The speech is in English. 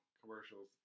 commercials